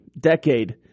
decade